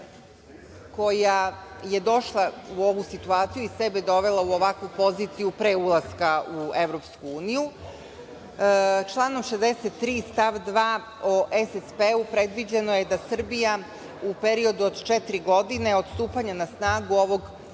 koja je došla u ovu situaciju i sebe dovela u ovakvu poziciju pre ulaska u EU.Članom 63. stav 2. o SSP predviđeno je da Srbija u periodu od četiri godine od stupanja na snagu ovog